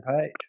page